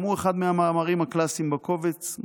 גם הוא אחד מהמאמרים הקלאסיים בקובץ,